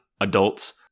adults